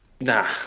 Nah